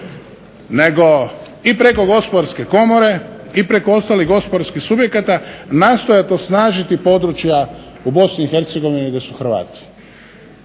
nego i preko Gospodarske komore i preko ostalih gospodarskih subjekata nastojat osnažiti područja u Bosni